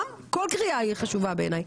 גם כל קריאה היא חשובה בעיניי,